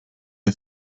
der